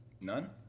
None